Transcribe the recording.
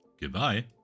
Goodbye